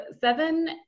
seven